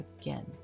again